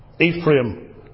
Ephraim